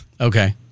Okay